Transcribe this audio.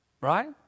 Right